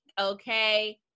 okay